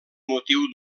motiu